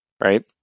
right